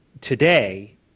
today